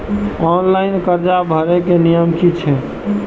Online कर्जा भरे के नियम की छे?